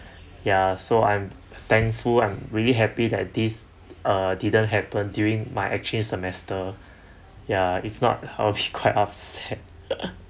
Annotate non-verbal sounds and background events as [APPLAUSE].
ya so I'm thankful I'm really happy that this uh didn't happen during my exchange semester ya if not I will be [LAUGHS] quite upset